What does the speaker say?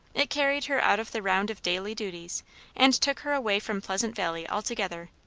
it carried her out of the round of daily duties and took her away from pleasant valley altogether,